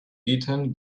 eaten